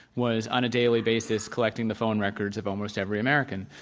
was, on a daily basis, collecting the phone records of almost every american.